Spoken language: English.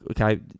okay